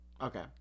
Okay